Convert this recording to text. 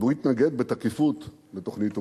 והוא התנגד בתקיפות לתוכנית אוגנדה,